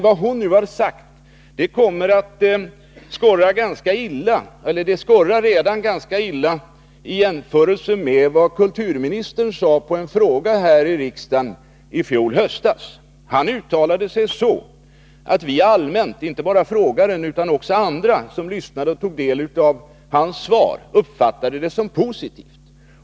Vad Tyra Johansson nu har sagt skorrar ganska illa vid en jämförelse med vad kulturministern sade i en frågedebatt här i riksdagen i höstas. Han uttalade sig så att vi alla, inte bara frågeställaren utan också andra som lyssnade till och tog del av hans svar, uppfattade det som positivt.